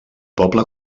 poble